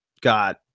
got